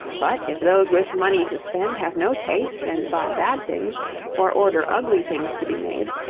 but if those with money to spend have no taste and buy bad things or order ugly things to be made,